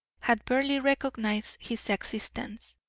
had barely recognised his existence.